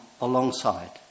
alongside